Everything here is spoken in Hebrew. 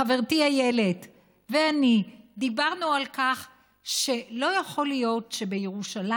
חברתי איילת ואני דיברנו על כך שלא יכול להיות שבירושלים,